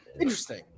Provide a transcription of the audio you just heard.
interesting